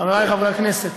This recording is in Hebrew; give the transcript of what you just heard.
חבריי חברי הכנסת,